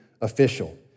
official